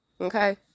okay